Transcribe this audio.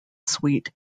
sweet